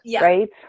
Right